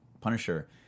Punisher